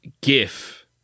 gif